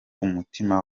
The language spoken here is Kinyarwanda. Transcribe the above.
umutima